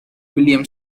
william